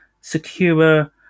secure